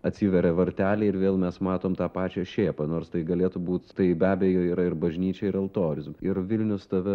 atsiveria varteliai ir vėl mes matom tą pačią šėpą nors tai galėtų būt tai be abejo yra ir bažnyčia ir altorius ir vilnius tave